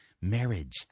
Marriage